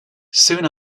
soon